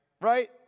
Right